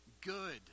good